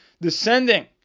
descending